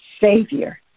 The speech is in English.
Savior